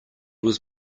was